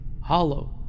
hollow